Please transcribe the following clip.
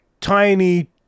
Tiny